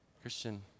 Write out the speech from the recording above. Christian